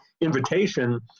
invitation